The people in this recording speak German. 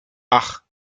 ach